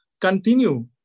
continue